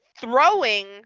throwing